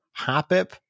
Hoppip